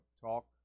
talk